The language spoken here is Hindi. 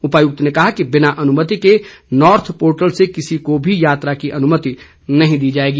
उपायुक्त ने कहा कि बिना अनुमति के नॉर्थ पोर्टल से किसी को भी यात्रा की अनुमति नहीं दी जाएगी